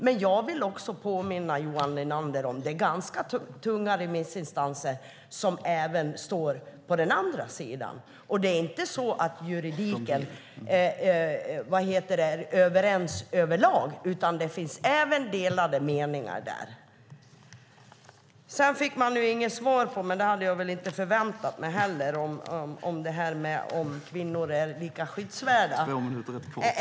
Men jag vill påminna Johan Linander om att det är ganska tunga remissinstanser som står på andra sidan. Det är inte så att juridiken är överens över lag, utan det finns delade meningar även där. Jag fick inget svar på - och det hade jag väl inte förväntat mig heller - om kvinnor är lika skyddsvärda.